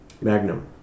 magnum